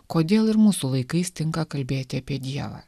kodėl ir mūsų laikais tinka kalbėti apie dievą